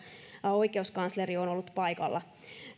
oikeuskansleri on ollut paikalla